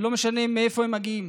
ולא משנה מאיפה הם מגיעים,